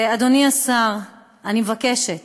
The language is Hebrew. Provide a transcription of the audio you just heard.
אדוני השר, אני מבקשת